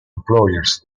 employers